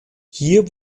hier